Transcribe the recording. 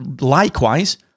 likewise